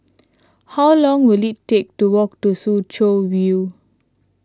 how long will it take to walk to Soo Chow View